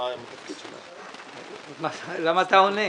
אז למה אתה עונה?